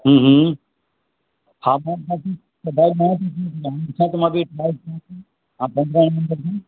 हूं हूं